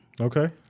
Okay